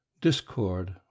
Discord